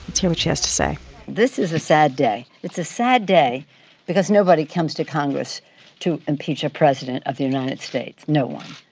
what she has to say this is a sad day. it's a sad day because nobody comes to congress to impeach a president of the united states no one.